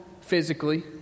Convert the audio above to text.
physically